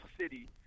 city